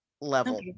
level